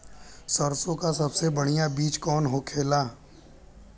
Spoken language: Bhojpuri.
सरसों का सबसे बढ़ियां बीज कवन होखेला?